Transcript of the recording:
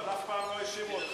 אבל אף פעם לא האשימו אתכם.